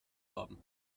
haben